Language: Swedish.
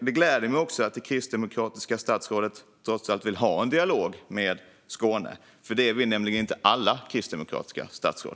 Det gläder mig att det kristdemokratiska statsrådet trots allt vill ha en dialog med Skåne, för det vill nämligen inte alla kristdemokratiska statsråd.